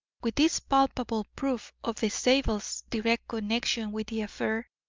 with this palpable proof of the zabels' direct connection with the affair,